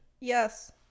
yes